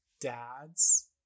dad's